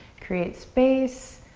create space,